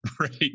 right